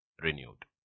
renewed